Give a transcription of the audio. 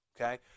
okay